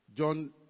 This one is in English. John